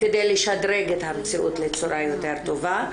כדי לשדרג את המציאות לצורה יותר טובה,